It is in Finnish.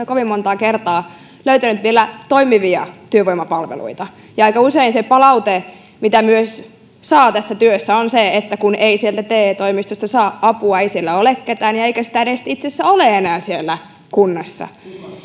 kovin montaa kertaa löytänyt toimivia työvoimapalveluita ja aika usein se palaute mitä saa myös tässä työssä on se että ei sieltä te toimistosta saa apua ei siellä ole ketään ja eikä sitä itse asiassa edes ole enää siellä kunnassa